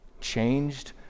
changed